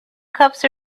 cups